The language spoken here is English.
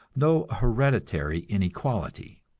no hereditary inequality.